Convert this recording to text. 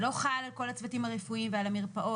זה לא חל על כל הצוותים הרפואיים ועל המרפאות,